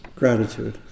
Gratitude